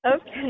Okay